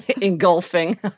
engulfing